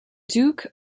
duke